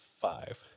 five